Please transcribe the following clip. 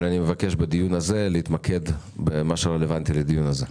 אבל אני מבקש בדיון הזה להתמקד במה שרלוונטי אליו.